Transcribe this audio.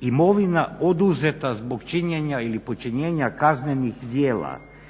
imovina oduzeta zbog činjenja ili počinjenja kaznenih djela,